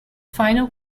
final